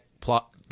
plot